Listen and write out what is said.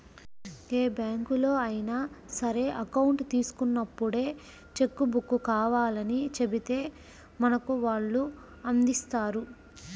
ఏ బ్యాంకులో అయినా సరే అకౌంట్ తీసుకున్నప్పుడే చెక్కు బుక్కు కావాలని చెబితే మనకు వాళ్ళు అందిస్తారు